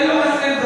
תן לו לסיים את